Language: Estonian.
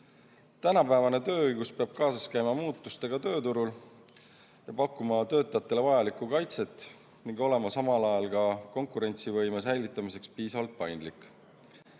Tänapäevane tööõigus peab kaasas käima muutustega tööturul, pakkuma töötajatele vajalikku kaitset ning olema samal ajal ka konkurentsivõime säilitamiseks piisavalt paindlik.